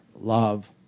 love